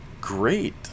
great